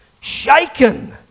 shaken